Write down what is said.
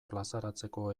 plazaratzeko